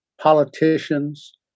politicians